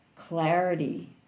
Clarity